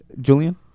Julian